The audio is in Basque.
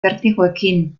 bertigoekin